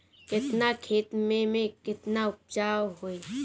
केतना खेत में में केतना उपज होई?